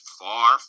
far